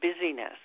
busyness